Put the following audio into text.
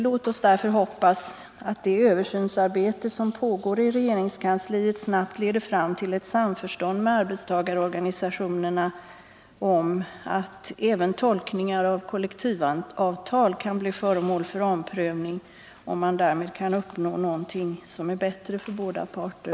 Låt oss därför hoppas att det översynsarbete som pågår i regeringskansliet snabbt leder fram till ett samförstånd med arbetstagarorganisationerna om att även tolkningar av kollektivavtal kan bli föremål för omprövning, om man därmed kan uppnå någonting som är bättre för båda parter.